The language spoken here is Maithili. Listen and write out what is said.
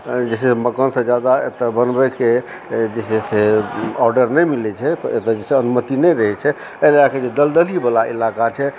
जे छै से मकानसँ जादा एतय बनबयके जे छै से ऑर्डर नहि मिलैत छै तऽ एतए जे छै से अनुमति नहि रहैत छै ओहि लएकऽ जे दलदलीवला इलाका छै